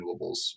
renewables